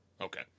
Okay